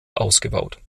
ausgebaut